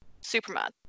Superman